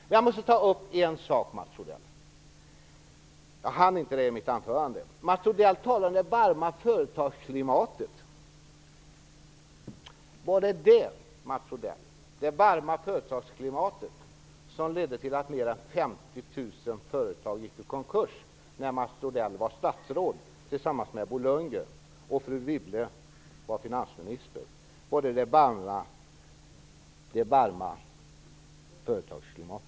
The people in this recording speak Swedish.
Jag måste ta upp en sak som jag inte hann ta upp i mitt anförande. Mats Odell talade om det varma företagsklimatet. Var det just det varma företagsklimatet som ledde till att fler än 50 000 företag gick i konkurs när Mats Odell var statsråd tillsammans med Bo Lundgren och fru Wibble var finansminister? Var det ett varmt företagsklimat?